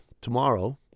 tomorrow